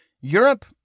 Europe